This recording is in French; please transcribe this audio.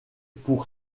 pour